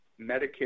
Medicare